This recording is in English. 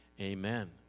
Amen